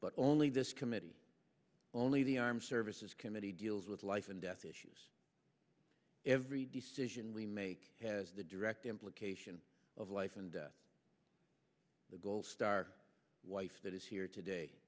but only this committee only the armed services committee deals with life and death issues every day we make has the direct implication of life and the gold star wife that is here today